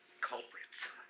culprits